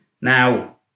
Now